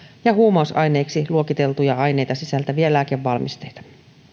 ja huumausaineiksi luokiteltuja aineita sisältäviä lääkevalmisteita